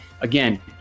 again